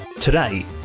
Today